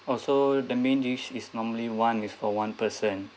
also the main dish is normally one is for one person